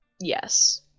yes